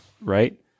right